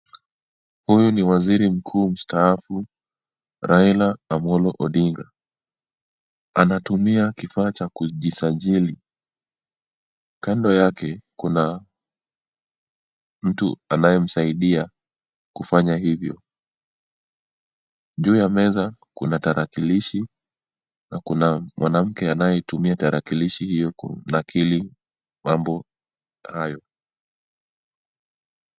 Huyu ni Waziri Mkuu Mstaafu Raila Amolo Odinga. Anatumia kifaa cha kujisajili. Kando yake kuna mtu anayemsaidia kufanya hivyo. Juu ya meza kuna tarakilishi. Na kuna mwanamke anayetumia tarakilishi hiyo kunakili mambo hayo.